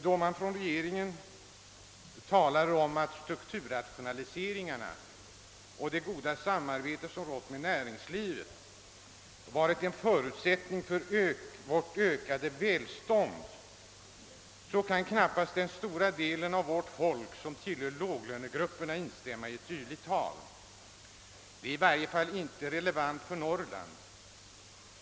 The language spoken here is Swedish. Då man från regeringssidan talar om att strukturrationaliseringarna och det goda samarbete som rått med näringslivet varit en förutsättning för vårt ökade välstånd, kan knappast den stora del av vårt folk som tillhör låglönegrupperna instämma däri. Detta tal är i varje fall inte relevant för Norrland.